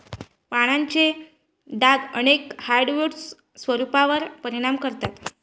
पानांचे डाग अनेक हार्डवुड्सच्या स्वरूपावर परिणाम करतात